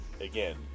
again